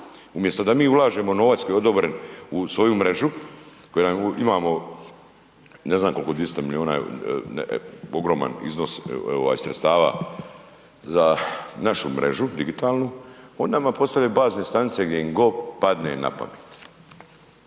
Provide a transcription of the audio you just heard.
Umjesto da mi ulažemo novac koji je odobren u svoju mrežu, koja imamo, ne znam koliko, 200 milijuna, ogroman iznos ovaj sredstava za našu mrežu digitalnu, oni nama postavljaju bazne stanice gdje im god padne na pamet.